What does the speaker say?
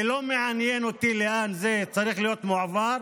כי לא מעניין אותי לאן זה צריך להיות מועבר.